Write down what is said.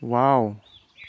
wow